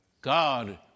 God